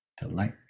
Delight